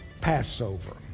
Passover